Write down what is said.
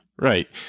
Right